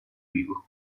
vivo